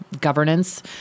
governance